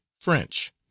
French